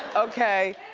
okay?